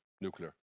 nuclear